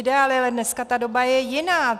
Ale dneska ta doba je jiná.